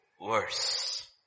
worse